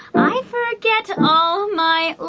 i forget all my